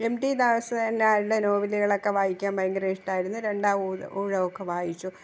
M T Vasudevan നായരുടെ നോവലുകളൊക്കെ വായിക്കാൻ ഭയങ്കര ഇഷ്ടമായിരുന്നു രണ്ടാം ഊഴൊക്കെ വായിച്ചു